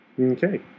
Okay